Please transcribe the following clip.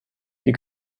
die